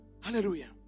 Hallelujah